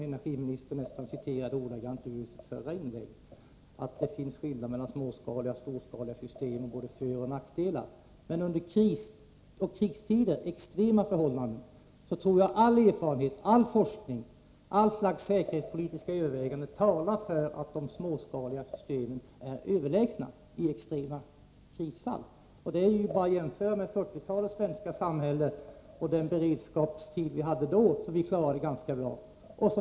Energiministern läste nästan ordagrant ur den annonsen i sitt förra inlägg: det är skillnad på småskaliga och storskaliga system, och det finns både föroch nackdelar med dem. Men jag tror att all erfarenhet, all forskning och alla slags säkerhetspolitiska överväganden talar för att de småskaliga systemen är överlägsna under sådana extrema förhållanden som krisoch krigsstider utgör. Vi behöver bara jämföra med 1940-talets svenska samhälle och den beredskapstid som vi hade då och som vi klarade ganska bra.